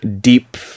deep